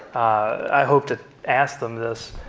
i hope to ask them this.